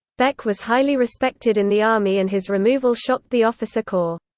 beck was highly respected in the army and his removal shocked the officer corps.